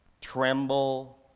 Tremble